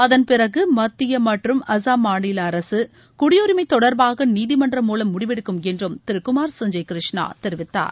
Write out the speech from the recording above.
அதன் பிறகு மத்திய மற்றும் அஸ்ஸாம் மாநில அரசு குடியுரிமை தொடர்பாக நீதிமன்றம் மூலம் முடிவெடுக்கும் என்று திரு குமார் சஞ்சய் கிருஷ்ணா கூறினார்